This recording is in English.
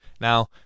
Now